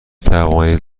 توانید